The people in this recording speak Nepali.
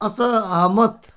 असहमत